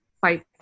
fight